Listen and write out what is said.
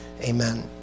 amen